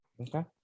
Okay